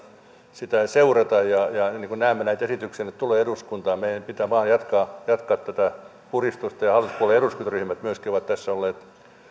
sitä seurata ja niin kuin näemme näitä esityksiä nyt tulee eduskuntaan meidän pitää vain jatkaa tätä puristusta myöskin hallituspuolueiden eduskuntaryhmät ovat tässä olleet